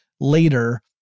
later